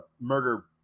murder